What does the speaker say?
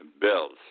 bills